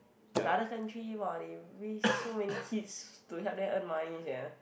other country !wah! they raised so many kids to help them earn money sia